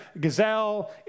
gazelle